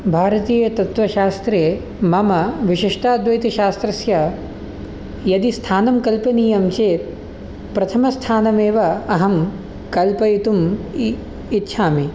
भारतीयतत्त्वशास्त्रे मम विशिष्टाद्वैतशास्त्रस्य यदि स्थानं कल्पनीयं चेत् प्रथमस्थानमेव अहं कल्पयितुम् इ इच्छामि